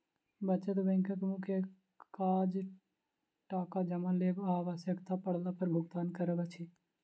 बचत बैंकक मुख्य काज टाका जमा लेब आ आवश्यता पड़ला पर भुगतान करब अछि